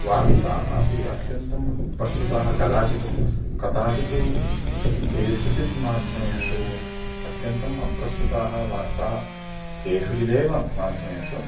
वार्ताः अपि अत्यन्तं प्रस्तुताः कदाचित् कदाचित् केषुचित् माध्यमेषु अत्यन्तम् अप्रस्तुताः वार्ताः केषुचिदेव माध्यमेषु